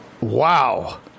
Wow